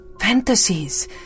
fantasies